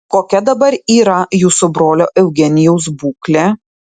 kokia dabar yra jūsų brolio eugenijaus būklė